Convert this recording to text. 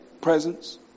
presence